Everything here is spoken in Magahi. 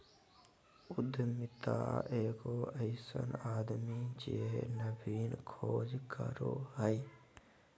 उद्यमिता एगो अइसन आदमी जे नवीन खोज करो हइ